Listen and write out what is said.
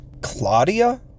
Claudia